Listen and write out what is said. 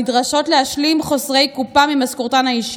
נדרשות להשלים חוסרי קופה ממשכורתן האישית.